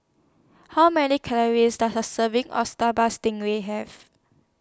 How Many Calories Does A Serving of Sambal Stingray Have